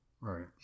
Right